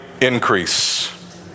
increase